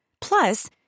Plus